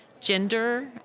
gender